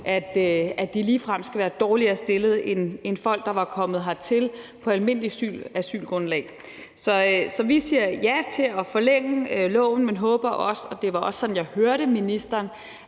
at de ligefrem skal være dårligere stillet end folk, der var kommet hertil på almindeligt asylgrundlag. Så vi siger ja til at forlænge loven, men håber også – og det var også sådan, jeg hørte ministeren